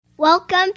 Welcome